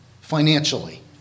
financially